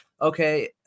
Okay